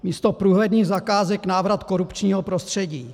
Místo průhledných zakázek návrat korupčního prostředí.